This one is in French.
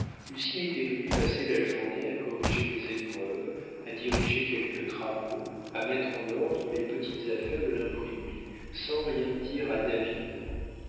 chambre lucien était venu passer la journée à corriger des épreuves à diriger quelques travaux à mettre en ordre les petites affaires de l'imprimerie sans rien dire à david